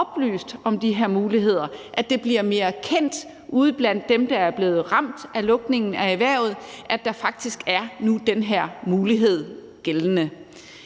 oplyst om de her muligheder, altså at det bliver mere kendt ude blandt dem, der er blevet ramt af lukningen af erhvervet, at den her mulighed faktisk er gældende.